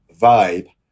vibe